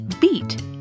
beat